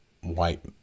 white